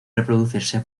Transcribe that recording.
reproducirse